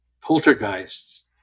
poltergeists